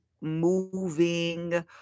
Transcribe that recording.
Moving